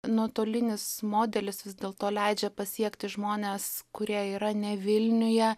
nuotolinis modelis vis dėlto leidžia pasiekti žmones kurie yra ne vilniuje